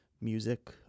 music